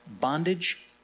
Bondage